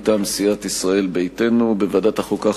מטעם סיעת ישראל ביתנו בוועדת החוקה,